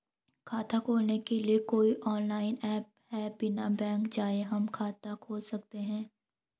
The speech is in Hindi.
खाता खोलने के लिए कोई ऑनलाइन ऐप है बिना बैंक जाये हम खाता खोल सकते हैं?